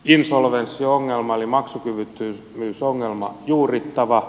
insolvenssiongelma eli maksukyvyttömyysongelma on juurittava